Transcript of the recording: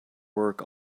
work